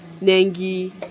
Nengi